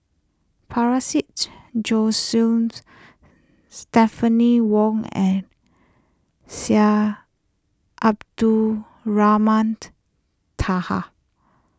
para seeds Stephanie Wong and Syed Abdulrahman Taha